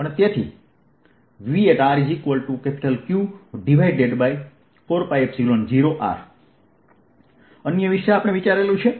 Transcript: તેથી VrQ4π0r અન્ય વિશે શું વિચાર્યું છે